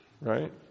right